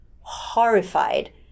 horrified